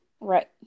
Right